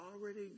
already